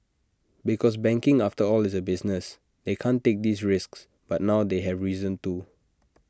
because banking after all is A business they can't take these risks but now they have reason to